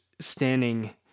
standing